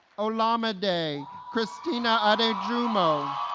olamide christina adejumo